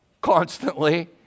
Constantly